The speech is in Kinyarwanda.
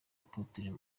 apotre